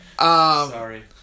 Sorry